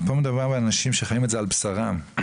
פה מדובר באנשים שחיים את זה על בשרם,